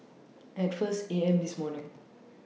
At First A M This morning